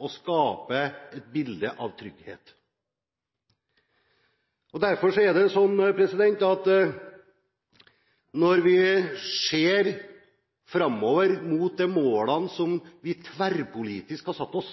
å skape et bilde av trygghet. Når vi ser framover mot de målene som vi tverrpolitisk har satt oss,